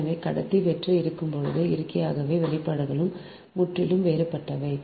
எனவே கடத்தி வெற்று இருக்கும்போது இயற்கையாகவே வெளிப்பாடுகளும் முற்றிலும் வேறுபட்டவை